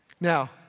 Now